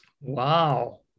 Wow